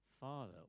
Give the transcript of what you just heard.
Father